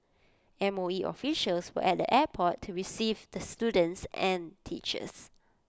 M O E officials were at the airport to receive the students and teachers